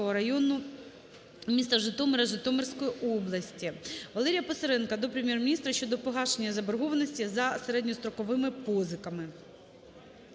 району міста Житомира Житомирської області. Валерія Писаренка до Прем'єр-міністра щодо погашення заборгованості за середньостроковими позиками.